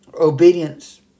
Obedience